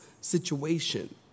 situation